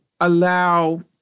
allow